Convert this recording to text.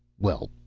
well,